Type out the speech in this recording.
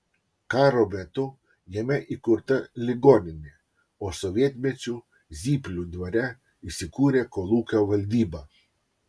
karo metu jame įkurta ligoninė o sovietmečiu zyplių dvare įsikūrė kolūkio valdyba